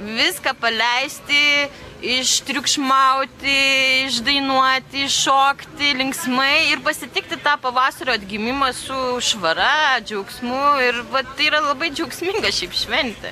viską paleisti ištriukšmauti išdainuoti iššokti linksmai ir pasitikti tą pavasario atgimimą su švara džiaugsmu ir vat tai yra labai džiaugsminga ši šventė